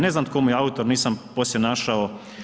Ne znam tko mu je autor, nisam poslije našao.